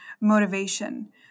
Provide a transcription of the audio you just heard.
motivation